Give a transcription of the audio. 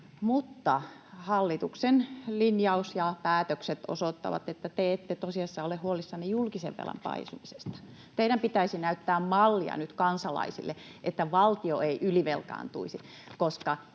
mutta hallituksen linjaus ja päätökset osoittavat, että te ette tosiasiassa ole huolissanne julkisen velan paisumisesta. Teidän pitäisi näyttää mallia nyt kansalaisille, että valtio ei ylivelkaantuisi. Julkisen